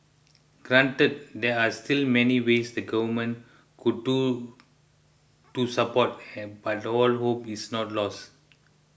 granted there are still many ways the government could do to support and but all hope is not lost